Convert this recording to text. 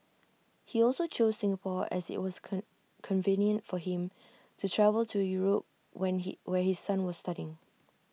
he also chose Singapore as IT was come convenient for him to travel to Europe when he where his son was studying